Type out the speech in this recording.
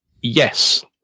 yes